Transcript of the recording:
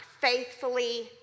faithfully